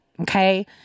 Okay